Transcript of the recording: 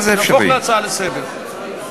להפוך להצעה לסדר-היום.